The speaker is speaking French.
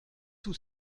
tout